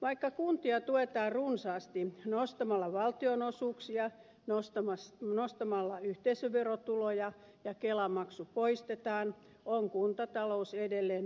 vaikka kuntia tuetaan runsaasti nostamalla valtionosuuksia nostamalla yhteisöverotuloja ja poistamalla kelamaksu on kuntatalous edelleen ongelmissa